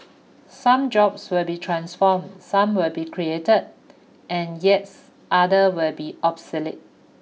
some jobs will be transformed some will be created and yes other will be obsolete